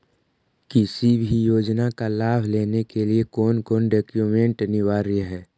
किसी भी योजना का लाभ लेने के लिए कोन कोन डॉक्यूमेंट अनिवार्य है?